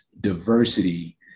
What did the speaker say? diversity